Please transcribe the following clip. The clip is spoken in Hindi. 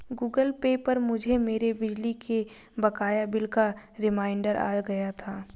गूगल पे पर मुझे मेरे बिजली के बकाया बिल का रिमाइन्डर आ गया था